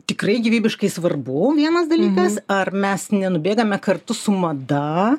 tikrai gyvybiškai svarbu vienas dalykas ar mes nenubėgame kartu su mada